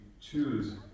choose